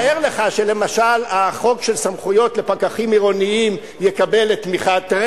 תאר לך שלמשל החוק של סמכויות לפקחים עירוניים יקבל את תמיכת,